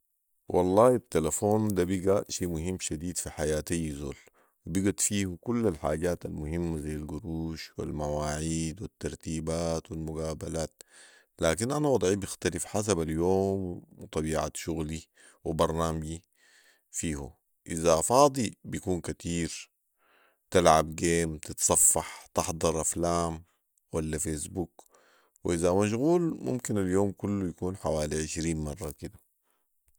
والله التلفون ده بقي شي مهم شديد في حياه اي زول وبقت فيه كل الحاجات المهمه ذي القروش والمواعيد والترتيبات والمقابلات لكن انا وضعي بيختلف حسب اليوم و طبيعة شغلي وبرنامجي فيه ،اذا فاضي بيكون كتير ، تلعب قيم ، تتصفع ، تحضر افلام ولا فيس بوك واذا مشغول ممكن اليوم كله يكون حوالي عشرين مره كده